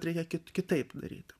reikia kitaip daryt